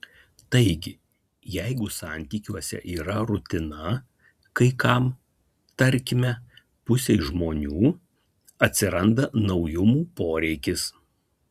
taigi jeigu santykiuose yra rutina kai kam tarkime pusei žmonių atsiranda naujumų poreikis